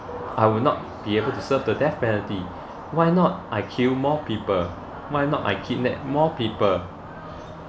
I will not be able to serve the death penalty why not I kill more people why not I kidnap more people